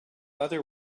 other